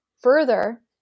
Further